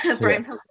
Brian